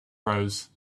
rose